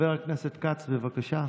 חבר הכנסת כץ, בבקשה.